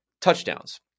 touchdowns